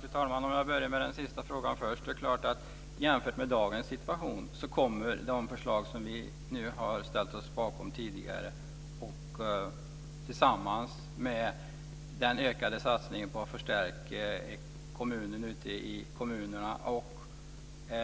Fru talman! Jag börjar med den sista frågan. Jämfört med dagens situation så kommer de förslag som vi har ställt oss bakom tidigare tillsammans med den ökade satsningen på att förstärka kommunerna och